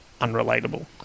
unrelatable